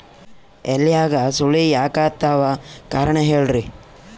ಎಲ್ಯಾಗ ಸುಳಿ ಯಾಕಾತ್ತಾವ ಕಾರಣ ಹೇಳ್ರಿ?